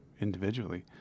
individually